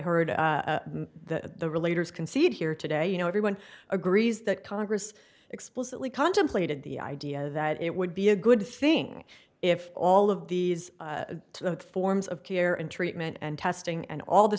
heard the relator is concede here today you know everyone agrees that congress explicitly contemplated the idea that it would be a good thing if all of these the forms of care and treatment and testing and all the